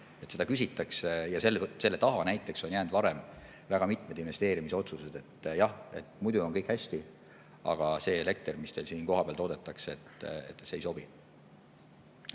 Seda küsitakse. Ja selle taha näiteks on jäänud varem väga mitmed investeerimisotsused, sest öeldakse: "Jah, muidu on kõik hästi, aga see elekter, mis teil siin kohapeal toodetakse, ei sobi."